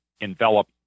envelop